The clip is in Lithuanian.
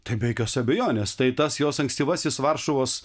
tai be jokios abejonės tai tas jo ankstyvasis varšuvos